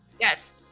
Yes